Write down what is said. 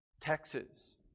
Texas